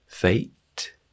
Fate